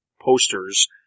posters